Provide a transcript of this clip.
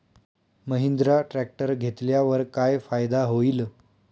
Mahindra tractor घेतल्यावर काय फायदा होईल?